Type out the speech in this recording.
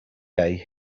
day